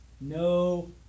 No